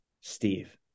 Steve